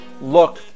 look